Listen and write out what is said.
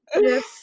yes